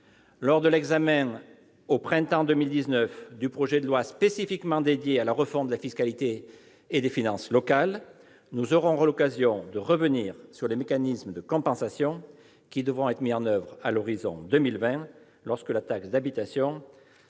Lors de l'examen, au printemps 2019, du projet de loi spécifiquement dédié à la refonte de la fiscalité et des finances locales, nous aurons l'occasion de revenir sur les mécanismes de compensation qui devront être mis en oeuvre à l'horizon de 2020, lorsque la taxe d'habitation sera